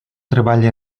treball